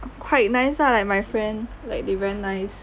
quite nice lah like my friend like they very nice